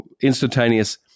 instantaneous